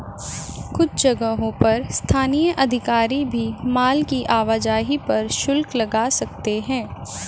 कुछ जगहों पर स्थानीय अधिकारी भी माल की आवाजाही पर शुल्क लगा सकते हैं